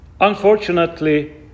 Unfortunately